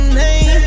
name